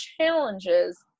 challenges